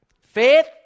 Faith